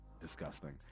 disgusting